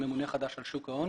ממונה חדש על שוק ההון